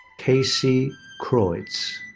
kasey kreutz.